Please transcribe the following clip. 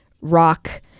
rock